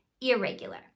irregular